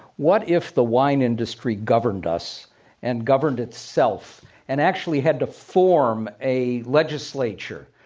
what if the wine industry governed us and governed itself and actually had to form a legislature?